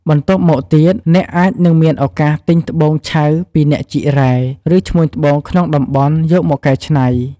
បន្ទាប់មកទៀត អ្នកអាចនឹងមានឱកាសទិញត្បូងឆៅពីអ្នកជីករ៉ែ ឬឈ្មួញត្បូងក្នុងតំបន់យកមកកែច្នៃ។